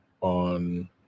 on